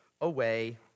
away